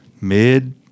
Mid